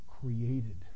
created